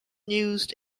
used